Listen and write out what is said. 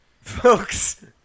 Folks